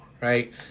right